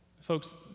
Folks